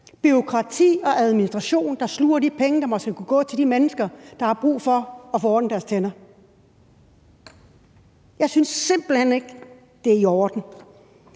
bureaukrati og administration, der sluger de penge, der måske skulle gå til de mennesker, der har brug for at få ordnet deres tænder. Jeg synes simpelt hen ikke, at det er i orden.